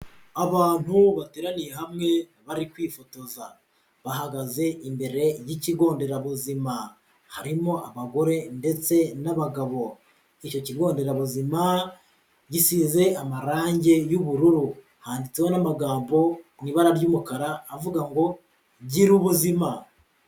Abantu bateraniye hamwe bari kwifotoza, bahagaze imbere y'ikigo nderabuzima, harimo abagore ndetse n'abagabo, icyo kigo nderabuzima gisize amarangi y'ubururu, handitseho n'amagambo mu ibara ry'umukara avuga ngo gira ubuzima.